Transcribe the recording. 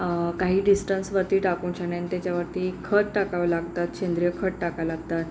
काही डिस्टन्सवरती टाकूनशणे आणि त्याच्यावरती खत टाकावं लागतात सेंद्रिय खत टाका लागतात